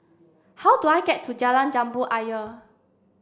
how do I get to Jalan Jambu Ayer